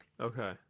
Okay